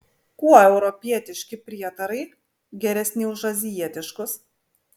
kuo europietiški prietarai geresni už azijietiškus